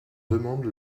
demande